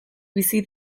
bizi